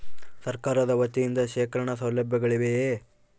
ಸರಕಾರದ ವತಿಯಿಂದ ಶೇಖರಣ ಸೌಲಭ್ಯಗಳಿವೆಯೇ?